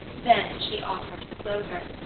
then she offered the clover,